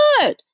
good